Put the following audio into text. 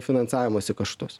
finansavimosi kaštus